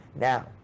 Now